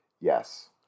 Yes